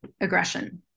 aggression